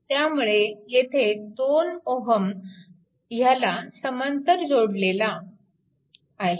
त्यामुळे येथे 2Ω ह्याला समांतर जोडलेला आहे